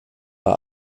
bei